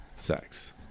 sex